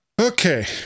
Okay